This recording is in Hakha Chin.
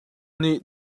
nih